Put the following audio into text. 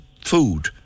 food